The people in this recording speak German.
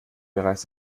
bereits